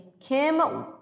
Kim